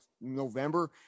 November